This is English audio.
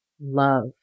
love